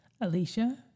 Alicia